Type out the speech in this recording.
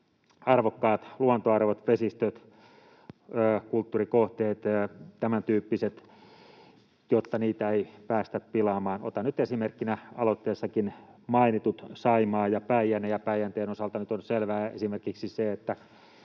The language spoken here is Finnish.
arvokkaat luontoarvot, vesistöt, kulttuurikohteet — tämän tyyppiset, jotta niitä ei päästä pilaamaan. Otan nyt esimerkkinä aloitteessakin mainitut Saimaan ja Päijänteen. Päijänteen osalta on selvää esimerkiksi se, että